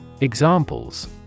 Examples